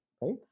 right